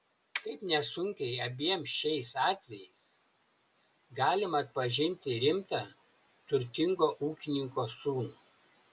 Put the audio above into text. kaip nesunkiai abiem šiais atvejais galima atpažinti rimtą turtingo ūkininko sūnų